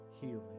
healing